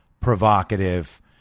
provocative